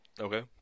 Okay